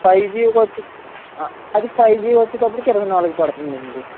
ఫైజి వచ్చేద అది five G వచ్చేటప్పడికి ఇరవై నాలుగు పడుతుందండి